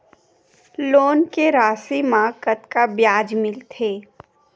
Loan के राशि मा कतका ब्याज मिलथे?